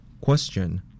Question